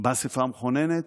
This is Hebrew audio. באספה המכוננת,